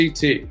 CT